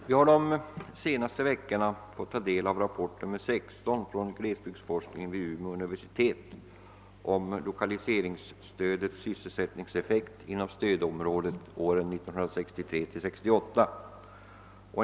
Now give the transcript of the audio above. Vi har under de senaste veckorna kunnat ta del av rapport nr 16 från den glesbygdsforskning som bedrivs vid Umeå universitet. Den gäller lokaliseringsstödets sysselsättningseffekt inom stödområdet åren 1963—1968.